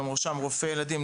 בראשם רופאי ילדים,